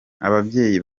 ababyeyi